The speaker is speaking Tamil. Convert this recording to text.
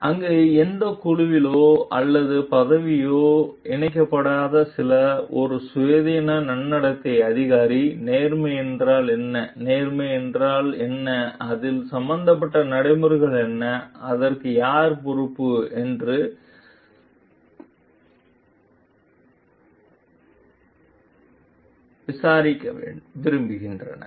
அங்கு எந்த குழுவிலோ அல்லது பதவியிலோ இணைக்கப்படாத சிலர் ஒரு சுயாதீன நன்னடத்தை அதிகாரி நேர்மை என்றால் என்ன நேர்மை என்றால் என்ன அதில் சம்பந்தப்பட்ட நடைமுறைகள் என்ன அதற்கு யார் பொறுப்பு என்ற வக்கீலை விரும்புகிறார்கள்